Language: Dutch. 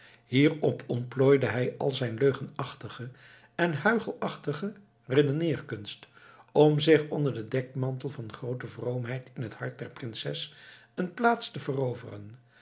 hierop ontplooide hij al zijn leugenachtige en huichelachtige redeneerkunst om zich onder den dekmantel van groote vroomheid in het hart der prinses een plaats te veroveren